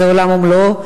זה עולם ומלואו.